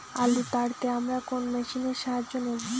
আলু তাড়তে আমরা কোন মেশিনের সাহায্য নেব?